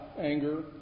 anger